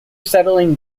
settling